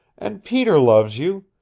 and peter loves you.